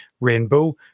rainbow